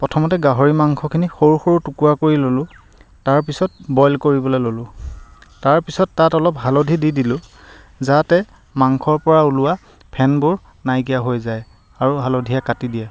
প্ৰথমতে গাহৰি মাংসখিনি সৰু সৰু টুকুৰা কৰি ললোঁ তাৰপিছত বয়ল কৰিবলৈ ললোঁ তাৰপিছত তাত অলপ হালধি দি দিলোঁ যাতে মাংসৰ পৰা ওলোৱা ফেনবোৰ নাইকিয়া হৈ যায় আৰু হালধিয়ে কাটি দিয়ে